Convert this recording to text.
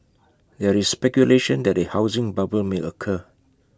there is speculation that A housing bubble may occur